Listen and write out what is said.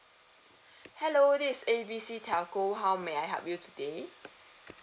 hello this is A B C telco how may I help you today